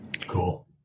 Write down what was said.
Cool